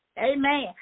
Amen